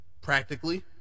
Practically